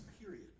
Period